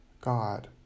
god